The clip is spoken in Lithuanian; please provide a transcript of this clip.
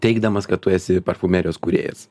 teigdamas kad tu esi parfumerijos kūrėjas